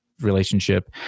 relationship